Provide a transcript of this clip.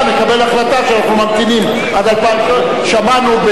נקבל החלטה שאנחנו ממתינים עד 2013. שמענו,